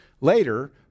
later